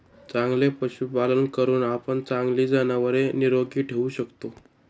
चांगले पशुपालन करून आपण आपली जनावरे निरोगी ठेवू शकतो